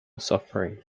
suffering